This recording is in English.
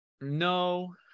No